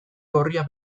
gorria